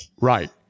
right